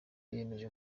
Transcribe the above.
yemeje